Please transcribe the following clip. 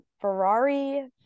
Ferrari